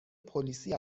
پلیسی